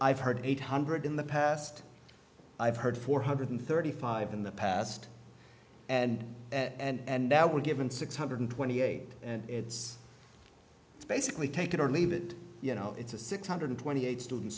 i've heard eight hundred in the past i've heard four hundred thirty five in the past and and now we're given six hundred twenty eight and it's basically take it or leave it you know it's a six hundred twenty eight students